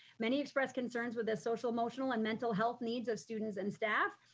many express concerns with the social, emotional and mental health needs of students and staff.